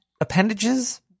appendages